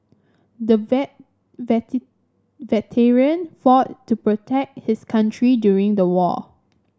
the vet veteran fought to protect his country during the war